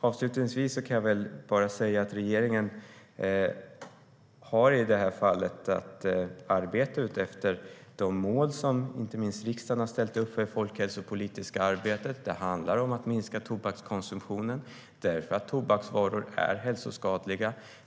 Avslutningsvis kan jag säga att regeringen i det här fallet har att arbeta efter de mål inte minst riksdagen har ställt upp för det folkhälsopolitiska arbetet. Det handlar om att minska tobakskonsumtionen eftersom tobaksvaror är hälsoskadliga.